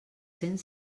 cent